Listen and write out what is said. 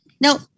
No